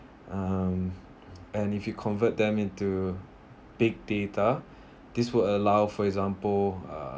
um and if you convert them into big data this would allow for example uh